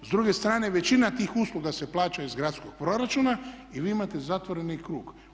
S druge strane, većina tih usluga se plaća iz gradskog proračuna i vi imate zatvoreni krug.